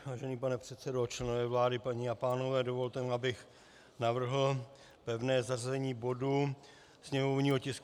Vážený pane předsedo, členové vlády, paní a pánové, dovolte mi, abych navrhl pevné zařazení sněmovního tisku 781.